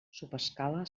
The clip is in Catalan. subescala